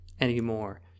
anymore